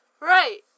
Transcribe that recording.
Right